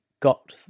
Got